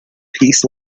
piece